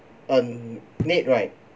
a need right